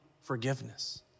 forgiveness